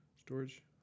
storage